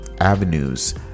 avenues